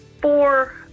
four